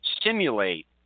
stimulate